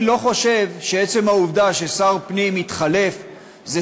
אני לא חושב שעצם העובדה ששר הפנים התחלף זו